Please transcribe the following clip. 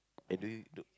and do you